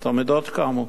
התלמידות קמו.